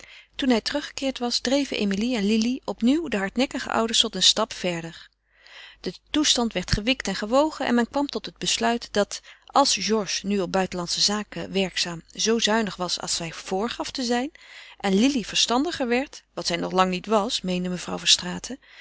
toen hij teruggekeerd was dreven emilie en lili opnieuw de hardnekkige ouders tot een stap verder de toestand werd gewikt en gewogen en men kwam tot het besluit dat als georges nu op buitenlandsche zaken werkzaam zoo zuinig was als hij voorgaf te zijn en lili verstandiger werd wat zij nog lang niet was meende mevrouw